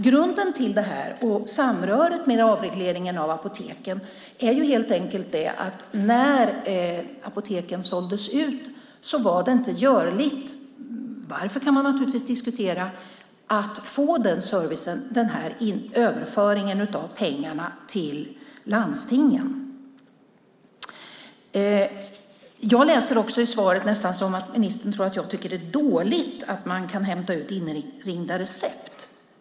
Grunden till detta hör samman med avregleringen av apoteken. När apoteken såldes ut var det inte görligt, varför kan man naturligtvis diskutera, att få servicen med överföringen av pengarna till landstingen. Jag läser svaret nästan som att ministern tror att jag tycker att det är dåligt att man kan hämta ut inringda recept.